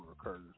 occurs